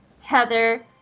Heather